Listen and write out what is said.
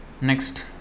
Next